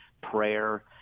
prayer